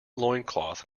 loincloth